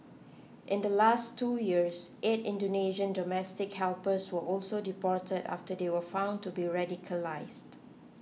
in the last two years eight Indonesian domestic helpers were also deported after they were found to be radicalised